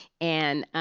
and